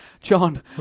John